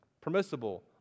permissible